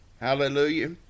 Hallelujah